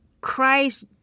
Christ